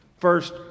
first